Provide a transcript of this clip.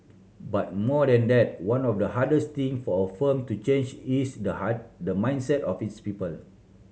but more than that one of the hardest thing for a firm to change is the the mindset of its people